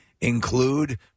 include